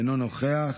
אינו נוכח,